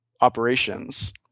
operations